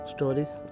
Stories